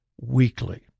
weekly